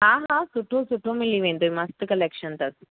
हा हा सुठो सुठो मिली वेंदई मस्तु कलेक्शन अथसि